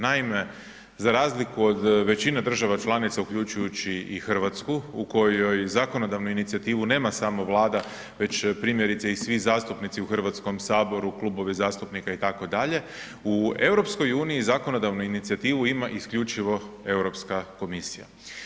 Naime, za razliku od većine država članica uključujući i Hrvatskoj, u kojoj zakonodavnu inicijativu nema samo Vlada već primjerice i svi zastupnici u Hrvatskom saboru, klubovi zastupnika itd., u EU zakonodavnu inicijativu ima isključivo Europska komisija.